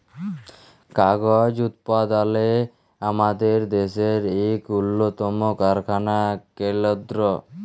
কাগজ উৎপাদলে আমাদের দ্যাশের ইক উল্লতম কারখালা কেলদ্র